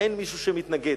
אין מישהו שמתנגד.